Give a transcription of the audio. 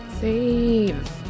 save